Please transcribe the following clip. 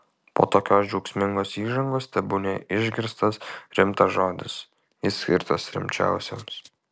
po tokios džiaugsmingos įžangos tebūnie išgirstas rimtas žodis jis skirtas rimčiausiems